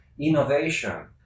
innovation